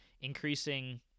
increasing